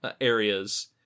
areas